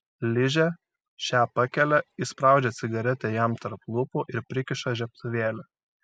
ližė šią pakelia įspraudžia cigaretę jam tarp lūpų ir prikiša žiebtuvėlį